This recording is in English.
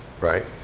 right